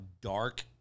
dark